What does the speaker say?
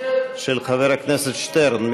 של חבר הכנסת שטרן.